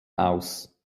aus